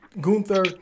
Gunther